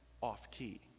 off-key